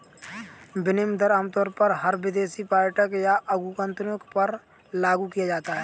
विनिमय दर आमतौर पर हर विदेशी पर्यटक या आगन्तुक पर लागू किया जाता है